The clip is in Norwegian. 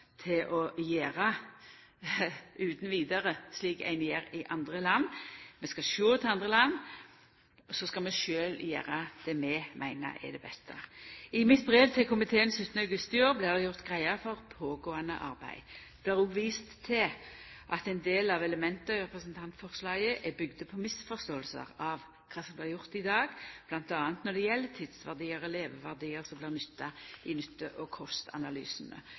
til å gjera slik ein gjer i andre land utan vidare. Vi skal sjå til andre land, men så skal vi sjølve gjera det vi meiner er det beste. I mitt brev til komiteen av 17. august i år blir det gjort greie for pågåande arbeid. Det blir òg vist til at ein del av elementa i representantforslaget er bygde på misforståingar om kva som blir gjort i dag bl.a. når det gjeld tidsverdiar og levetider som blir nytta i